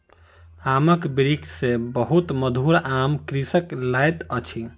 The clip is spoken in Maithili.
आमक वृक्ष सॅ बहुत मधुर आम कृषक लैत अछि